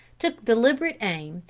took deliberate aim,